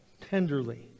tenderly